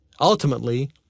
ultimately